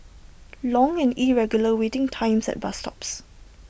long and irregular waiting times at bus stops